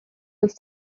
wyth